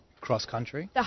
cross-country